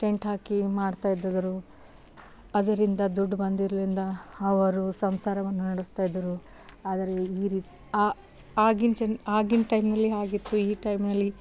tent ಹಾಕಿ ಮಾಡ್ತಾಯಿದ್ದದರ ಅದರಿಂದ ದುಡ್ಡು ಬಂದಿರ್ದಿಂದ ಅವರು ಸಂಸಾರವನ್ನು ನಡೆಸ್ತಾಯಿದ್ರು ಅದರಲ್ಲಿ ಈ ರೀತಿ ಆಗಿನ ಜನ ಆಗಿನ ಟೈಮ್ನಲ್ಲಿ ಹಾಗಿತ್ತು ಈ ಟೈಮ್ನಲ್ಲಿ